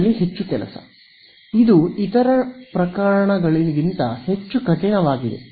ಇದರಲ್ಲಿ ಹೆಚ್ಚು ಕೆಲಸ ಇದು ಇತರ ಪ್ರಕರಣಗಳಿಗಿಂತ ಹೆಚ್ಚು ಕಠಿಣವಾಗಿದೆ